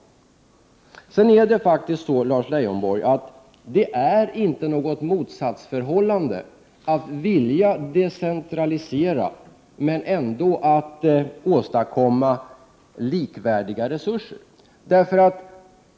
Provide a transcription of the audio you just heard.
Lars Leijonborg, det innebär inte något motsatsförhållande att vilja decentralisera men ändå åstadkomma likvärda resurser.